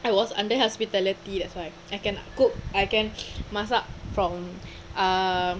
I was under hospitality that's why I can cook I can masak from err